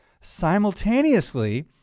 Simultaneously